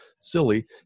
silly